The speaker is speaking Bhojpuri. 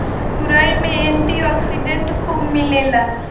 तुरई में एंटी ओक्सिडेंट खूब मिलेला